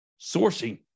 sourcing